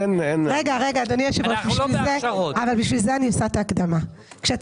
אני שמח שאתם